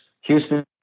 Houston